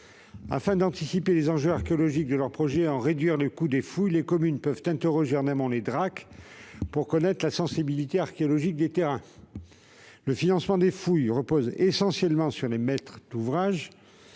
Afin d'anticiper les enjeux archéologiques de leurs projets et de réduire le coût des fouilles, les communes peuvent interroger en amont les Drac pour connaître la sensibilité archéologique des terrains considérés. Le financement des fouilles repose essentiellement sur les maîtres d'ouvrage,